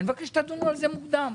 אני מבקש שתדונו על זה מוקדם,